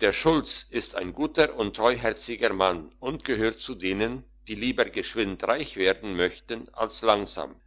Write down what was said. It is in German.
der schulz ist ein guter und treuherziger mann und gehört zu denen die lieber geschwind reich werden möchten als langsam